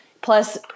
plus